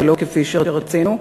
ולא כפי שרצינו,